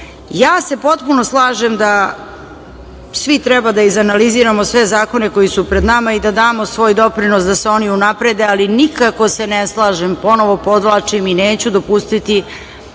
se potpuno slažem da svi treba da izanaliziramo sve zakone koji su pred nama i da damo svoj doprinos da se oni unaprede, ali nikako se ne slažem, ponovo podvlačim i neću dopustiti